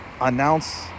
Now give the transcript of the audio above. announce